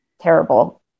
terrible